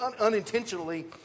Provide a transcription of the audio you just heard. Unintentionally